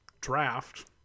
draft